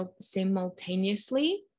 simultaneously